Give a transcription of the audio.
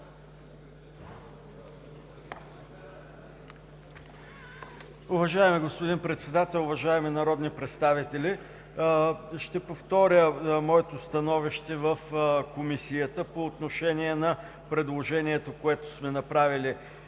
Уважаеми господин Председател, уважаеми народни представители! Ще повторя моето становище в Комисията по отношение на предложението, което сме направили